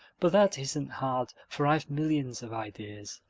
but that isn't hard for i've millions of ideas.